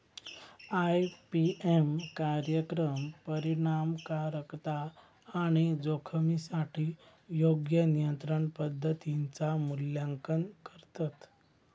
IPM कार्यक्रम परिणामकारकता आणि जोखमीसाठी योग्य नियंत्रण पद्धतींचा मूल्यांकन करतत